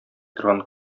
торган